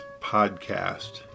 podcast